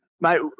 Mate